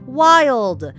wild